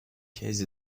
case